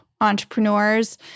entrepreneurs